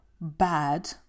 bad